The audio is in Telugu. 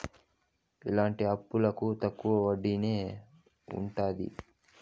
ఇలాంటి అప్పులకు తక్కువ వడ్డీనే ఉంటది